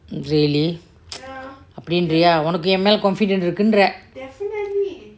really அப்டிங்கறியா உன்னைக்கே யின் மேலா:apdingariyaa unnakke yin meelaa confident இருக்கு ரே:irukku re